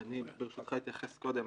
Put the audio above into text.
אני ברשותך אתייחס קודם.